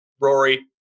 Rory